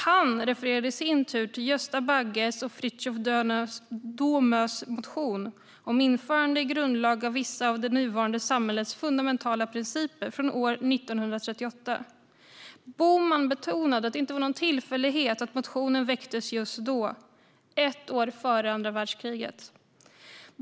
Han refererade i sin tur till Gösta Bagges och Fritiof Domös motion om införande i grundlag av vissa av det nuvarande samhällets fundamentala principer, från år 1938. Bohman betonade att det inte var någon tillfällighet att motionen väcktes just då - ett år före andra världskriget.